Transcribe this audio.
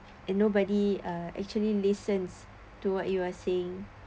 and nobody uh actually listens to what you are saying